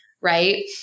right